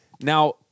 Now